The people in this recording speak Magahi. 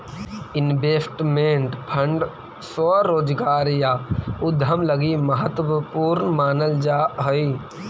इन्वेस्टमेंट फंड स्वरोजगार या उद्यम लगी महत्वपूर्ण मानल जा हई